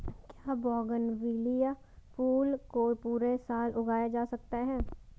क्या बोगनविलिया फूल को पूरे साल उगाया जा सकता है?